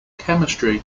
chemistry